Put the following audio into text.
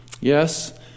Yes